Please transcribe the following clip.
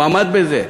הוא עמד בזה.